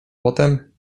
potem